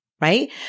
right